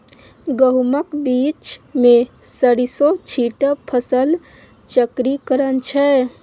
गहुमक बीचमे सरिसों छीटब फसल चक्रीकरण छै